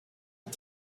and